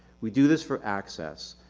we do this for access,